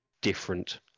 different